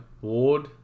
Ward